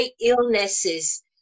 illnesses